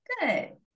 good